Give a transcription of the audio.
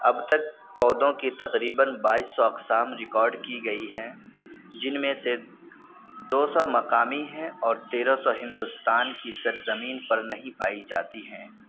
اب تک پودوں کی تقریباً بائیس سو اقسام ریکارڈ کی گئی ہیں جن میں سے دو سو مقامی ہیں اور تیرہ سو ہندوستان کی سرزمین پر نہیں پائی جاتی ہیں